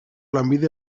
lanbide